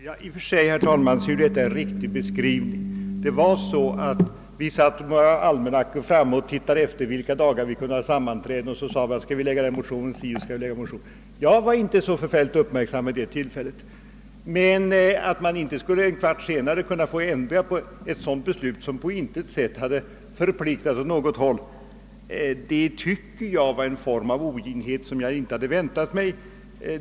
Herr talman! I och för sig är det en riktig beskrivning herr Alemyr lämnat. Det var så att vi satt med våra almanackor framme och tittade efter vilka dagar vi kunde ha sammanträden och hur behandlingen av olika motioner skulle förläggas. Jag var kanske inte så uppmärksam vid det tillfället, men att man inte en kvart senare skulle få ändra på ett beslut som på intet sätt hade förpliktat åt något håll, var en form av oginhet som jag inte hade väntat mig.